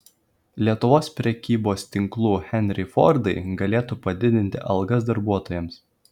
lietuvos prekybos tinklų henriai fordai galėtų padidinti algas darbuotojams